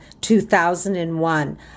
2001